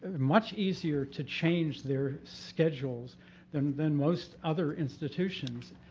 much easier to change their schedules than than most other institutions.